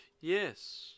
Yes